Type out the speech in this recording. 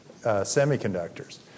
semiconductors